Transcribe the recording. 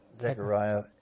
Zechariah